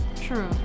True